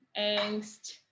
angst